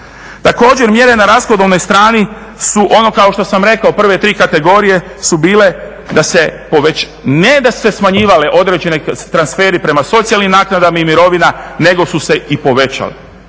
Također mjere na rashodovnoj strani su ono kao što sam rekao prve tri kategorije su bile da se, ne da su se smanjivale određeni transferi prema socijalnim naknadama i mirovina nego su se i povećali.